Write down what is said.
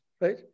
right